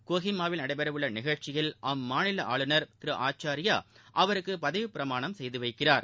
கோஹிமாவில் நடைபெற உள்ள நிகழ்ச்சியில் அம்மாநில ஆளுநர் திரு ஆச்சார்யா அவருக்கு பதவிப்பிரமாணம் செய்து வைக்கிறார்